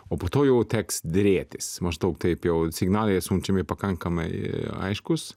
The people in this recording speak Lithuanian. o po to jau teks derėtis maždaug taip jau signalai siunčiami pakankamai aiškūs